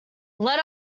let